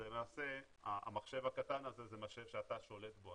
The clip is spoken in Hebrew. למעשה המחשב הקטן הזה זה משהו שאתה שולט בו,